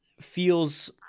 feels